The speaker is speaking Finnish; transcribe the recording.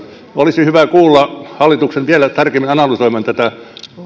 olisi hyvä kuulla hallituksen vielä tarkemmin analysoivan tätä